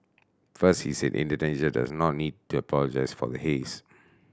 first he said Indonesia does not need to apologise for the haze